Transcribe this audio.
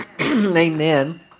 Amen